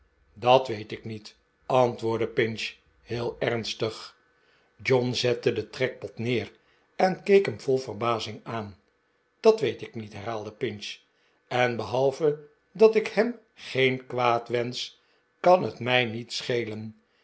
dat weet ik niet antwoordde pinch heel ernstig john zette den trekpot neer en keek hem vol verbazing aan dat weet ik niet herhaalde pinch en behalve dat ik hem geen kwaad wensch kan het mij niet schelen